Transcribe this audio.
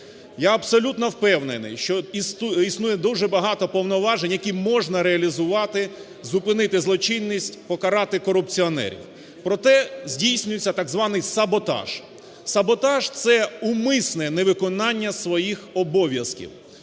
Я абсолютно впевнений, що існує дуже багато повноважень, які можна реалізувати, зупинити злочинність, покарати корупціонерів, проте здійснюється так званий саботаж. Саботаж – це умисне невиконання своїх обов'язків.